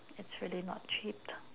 it's really not cheap